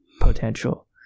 potential